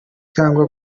cyangwa